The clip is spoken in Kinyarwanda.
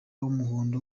w’umuhondo